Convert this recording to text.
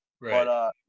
Right